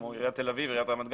כמו עיריית תל אביב ועיריית רמת גן,